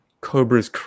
Cobra's